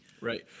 Right